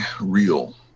real